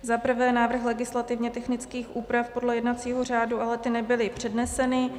1. návrh legislativně technických úprav podle jednacího řádu, ale ty nebyly předneseny;